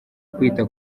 kwita